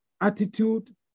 attitude